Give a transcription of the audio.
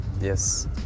Yes